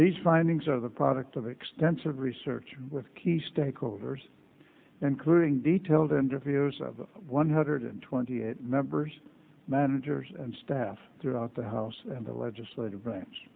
these findings are the product of extensive research with key stakeholders including detail the interviews of one hundred twenty eight members managers and staff throughout the house and the legislative branch